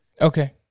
Okay